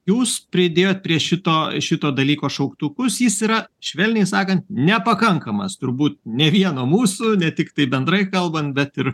jūs pridėjot prie šito šito dalyko šauktukus jis yra švelniai sakant nepakankamas turbūt ne vieno mūsų ne tiktai bendrai kalbant bet ir